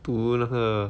读那个